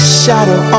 shadow